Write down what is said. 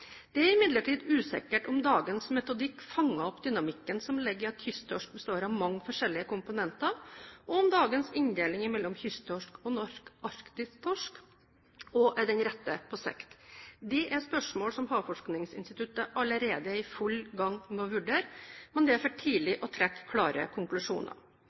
Det er imidlertid usikkert om dagens metodikk fanger opp dynamikken som ligger i at kysttorsk består av mange forskjellige komponenter, og om dagens inndeling mellom kysttorsk og norsk-arktisk torsk også er den rette på sikt. Det er spørsmål som Havforskningsinstituttet allerede er i full gang med å vurdere, men det er for tidlig å trekke klare konklusjoner.